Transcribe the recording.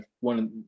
one